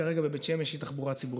כרגע בבית שמש היא תחבורה ציבורית.